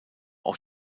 auch